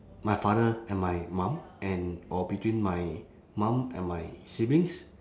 my father and my mum and or between my mum and my siblings